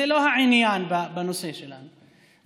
זה לא העניין בנושא שלנו,